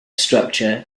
structure